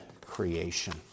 creation